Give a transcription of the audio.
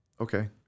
Okay